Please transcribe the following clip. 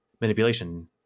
manipulation